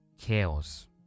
chaos